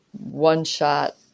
one-shot